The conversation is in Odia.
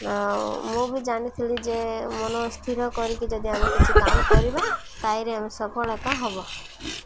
ଆଉ ମୁଁ ବି ଜାଣିଥିଲି ଯେ ମନ ସ୍ଥିର କରିକି ଯଦି ଆମେ କିଛି କାମ କରିବା ତାହିଁରେ ଆମେ ସଫଳତା ହେବ